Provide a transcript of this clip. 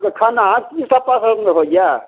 खाना की सभ पसन्द अबैए